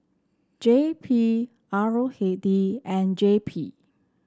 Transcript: J P R O K D and J P